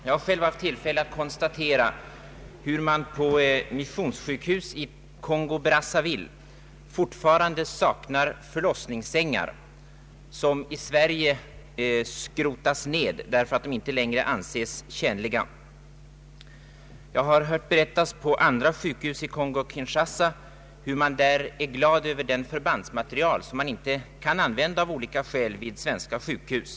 Jag har själv haft tillfälle att konstatera hur man på missionssjukhus i Kongo Brazzaville fortfarande saknar förlossningssängar — sådana som i Sverige skrotas ned därför att de inte längre anses tjänliga. Jag har hört berättas på andra sjukhus i Kongo-Kinshasa att man är glad över den förbandsmateriel som av olika skäl inte kan användas vid svenska sjukhus.